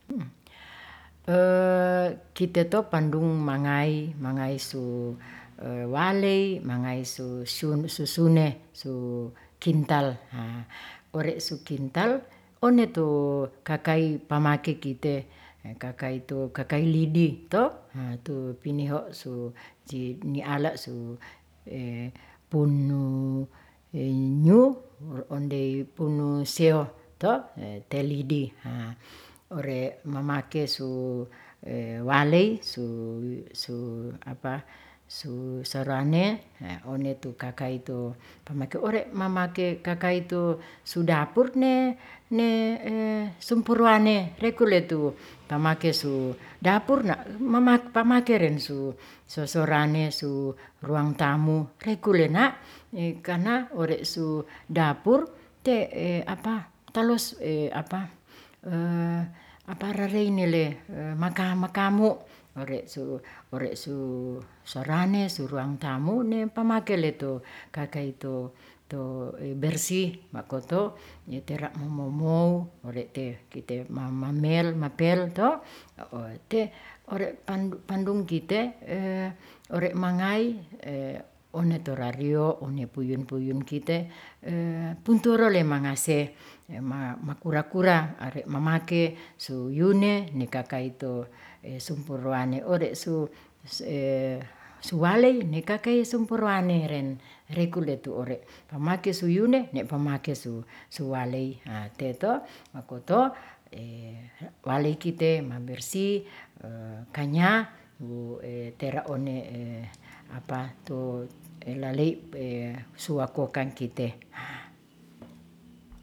kiteto pandung mangai, mangai su waley, mangaisu susune su kintal. Ore' su kintal one tu kakai pamake kite, kakati tu kakai lidi to tu piniho su ni alaa su punungnyu mor ondey punu seho, te lidi. ore' mamake su waley su saruaney one tu kakai tu pamake ore' mamake kakaitu sudapur ne, ne sempruane rekuletu tamake su dapur na' pakame rensu sosorane su ruang tamu rekulena' kana ore' su dapur te rareinele makamu' ore' su soraney su ruang tamu ne pamake letu kakaitu tu bersih makoto ni tera' momou ore'te kite mamamel mapel to te ore' pandung kite ore mangai one torario one puyun puyun kite punturu le mangase, ma makura-kura are mamake su yune ni kakaito sumpuruane ore su sualey ni ka kay sempuruane rekuyletu ore' mamake suyune ne pamake su suwaley ha te to makoto waley kite mabersih kanyatera one suwakokang kite.